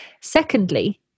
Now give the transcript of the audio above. Secondly